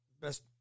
best